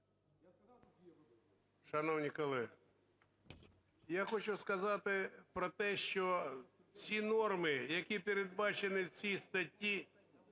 Шановні колеги, я хочу сказати про те, що ці норми, які передбачені в цій статті,